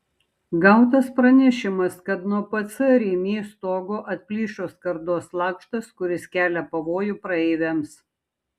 gautas pranešimas kad nuo pc rimi stogo atplyšo skardos lakštas kuris kelia pavojų praeiviams